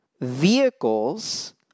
vehicles